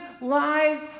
lives